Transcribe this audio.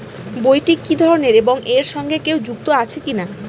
বইটি কি ধরনের এবং এর সঙ্গে কেউ যুক্ত আছে কিনা?